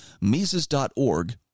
Mises.org